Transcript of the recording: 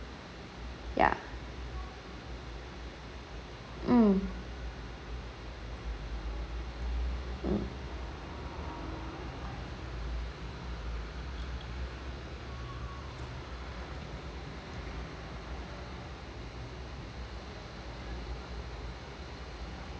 ya mm mm